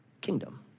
kingdom